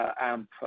AMP